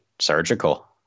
Surgical